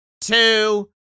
Two